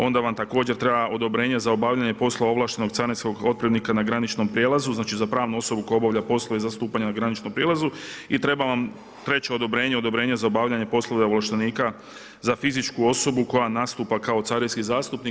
Onda vam također treba odobrenje za obavljanje poslove ovlaštenog carinskog otpremnika na graničnom prijelazu, znači za pravnu osobu koja obavlja poslove zastupanja na graničnom prijelazu i treba vam treće odobrenje, odobrenje za obavljanje poslova ovlaštenika za fizičku osobu koja nastupa kao carinski zastupnik.